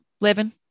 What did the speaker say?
living